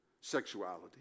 sexuality